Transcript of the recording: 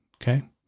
Okay